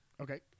Okay